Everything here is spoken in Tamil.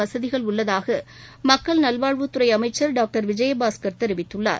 வசதிகள் உள்ளதாக மக்கள் நல்வாழ்வுத் துறை அமைச்சர் பாக்டர் விஜயபாஸ்கர் தெரிவித்துள்ளார்